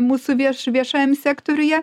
mūsų vieš viešajam sektoriuje